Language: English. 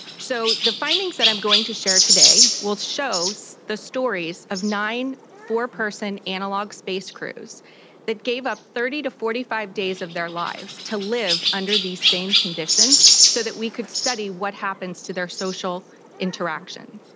so the findings that i'm going to share today will show so the stories of nine four-person analogue space crews that gave up thirty to forty five days of their lives to live under these same conditions so that we could study what happens to their social interaction.